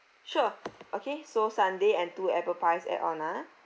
sure okay so sundae and two apple pies add on ah